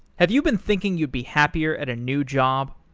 have you been thinking you'd be happier at a new job?